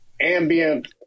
ambient